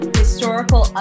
historical